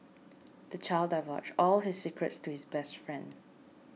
the child divulged all his secrets to his best friend